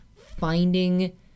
finding